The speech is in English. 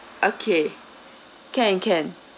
okay can can